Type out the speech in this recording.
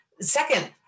second